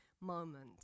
moment